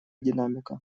динамика